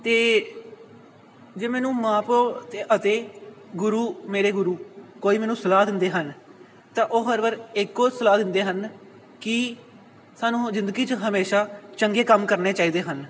ਅਤੇ ਜੇ ਮੈਨੂੰ ਮਾਂ ਪਿਓ ਅਤੇ ਅਤੇ ਗੁਰੂ ਮੇਰੇ ਗੁਰੂ ਕੋਈ ਮੈਨੂੰ ਸਲਾਹ ਦਿੰਦੇ ਹਨ ਤਾਂ ਉਹ ਹਰ ਵਾਰ ਇੱਕੋ ਸਲਾਹ ਦਿੰਦੇ ਹਨ ਕਿ ਸਾਨੂੰ ਜ਼ਿੰਦਗੀ 'ਚ ਹਮੇਸ਼ਾਂ ਚੰਗੇ ਕੰਮ ਕਰਨੇ ਚਾਹੀਦੇ ਹਨ